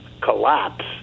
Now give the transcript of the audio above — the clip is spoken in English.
collapse